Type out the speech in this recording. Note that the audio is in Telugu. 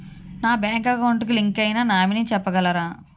నా బ్యాంక్ అకౌంట్ కి లింక్ అయినా నామినీ చెప్పగలరా?